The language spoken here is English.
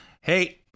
Hey